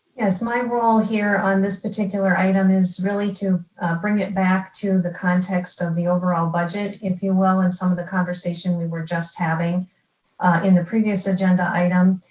yes, my role here on this particular item is really to bring it back to and the context of the overall budget, if you will, and some of the conversation we were just having in the previous agenda item.